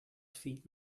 feet